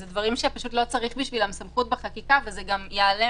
אלה דברים שלא צריך בשבילם סמכות בחקיקה וזה גם יעלה